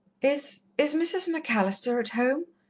is is mrs. macallister at home?